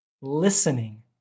listening